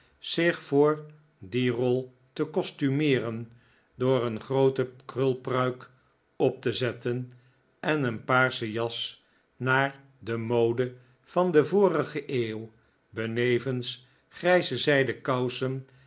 zich voor die rol te costumeeren door een groote krulpruik op te zetten en een paarse jas naar de mode van de vorige eeuw benevens grijze zijden kousen